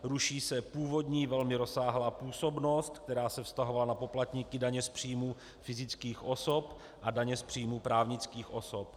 Ruší se původní velmi rozsáhlá působnost, která se vztahovala na poplatníky daně z příjmů fyzických osob a daně z příjmů právnických osob.